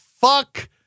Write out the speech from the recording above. Fuck